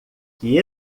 que